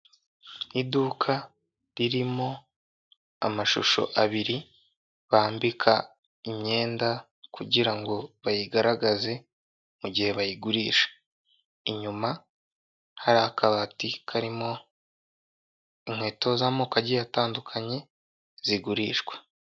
Iduka ririmo amashusho abiri bambika imyenda kugira ngo bayigaragaze mugihe bayigurisha, inyuma hari akabati karimo inkweto z'amoko agiye atandukanye zigurishwa.